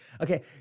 Okay